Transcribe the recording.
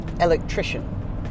electrician